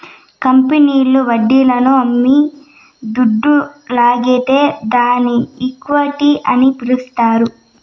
కంపెనీల్లు వడ్డీలను అమ్మి దుడ్డు లాగితే దాన్ని ఈక్విటీ అని పిలస్తారు